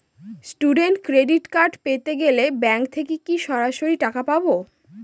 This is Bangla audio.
স্টুডেন্ট ক্রেডিট কার্ড পেতে গেলে ব্যাঙ্ক থেকে কি সরাসরি টাকা পাবো?